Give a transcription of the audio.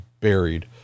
buried